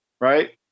right